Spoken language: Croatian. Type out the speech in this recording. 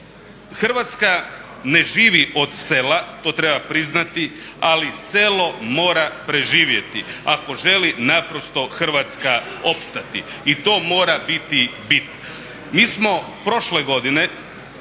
Hrvatska ne živi od sela, to treba priznati, ali selo mora preživjeti ako želi naprosto Hrvatska opstati. I to mora biti bit.